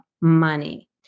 money